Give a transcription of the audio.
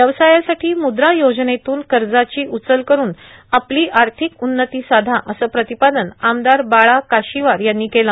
व्यवसायासाठी मुद्रा योजनेतून कर्जाची उचल करुन आपली आर्थिक उन्नती साधा असं प्रतिपादन आमदार बाळा काशिवार यांनी केलं